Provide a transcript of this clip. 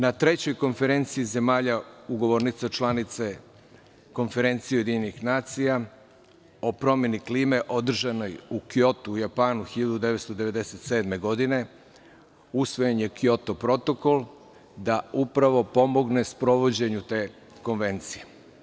Na trećoj konferenciji zemalja ugovornica članica Konferencije UN o promeni klime, održanoj u Kjotu u Japanu 1997. godine, usvojen je Kjoto protokol da upravo pomogne sprovođenju te konvencije.